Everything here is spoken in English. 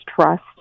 trust